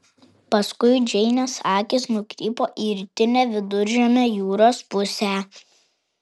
paskui džeinės akys nukrypo į rytinę viduržemio jūros pusę